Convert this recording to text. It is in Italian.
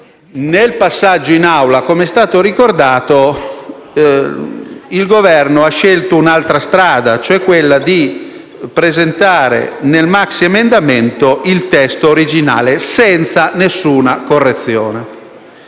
nel passaggio in Assemblea, come è stato ricordato, l'Esecutivo scelse un'altra strada, cioè quella di presentare nel maxiemendamento il testo originale senza alcuna correzione.